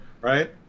right